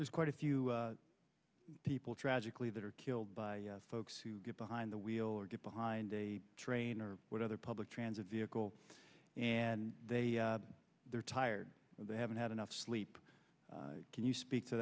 there's quite a few people tragically that are killed by folks who get behind the wheel or get behind a train or what other public transit vehicle and they they're tired and they haven't had enough sleep can you speak to